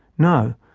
no!